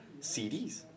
CDs